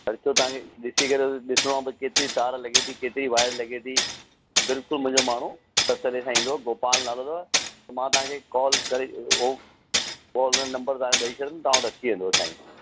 ख़र्चो तव्हांखे ॾिसी करे ॾिसिणो आहे की केतिरी तार लॻे थी केतिरी वायर लॻे थी बिल्कुल मुंहिंजो माण्हू तसल्लीअ सां ईंदो गोपाल नालो अथव त मां तव्हांखे कॉल करे ओ कॉल उनजो नम्बर तव्हांजो ॾई छॾिंदुमि तव्हां वटि अची वेंदो साईं